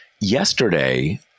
Yesterday